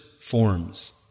forms